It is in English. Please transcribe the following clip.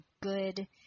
good